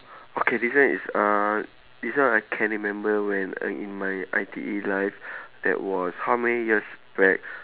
okay this one is uh this one I can remember when uh in my I_T_E life that was how many years back